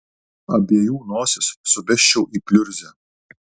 abiejų nosis subesčiau į pliurzę